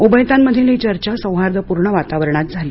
उभयतांमधील ही चर्चा सौहार्दपूर्ण वातावरणात झाली